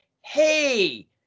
hey